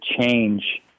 change